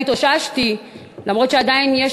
אני עדיין לא התאוששתי,